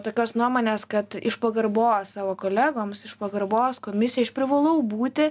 tokios nuomonės kad iš pagarbos savo kolegoms iš pagarbos komisijai aš privalau būti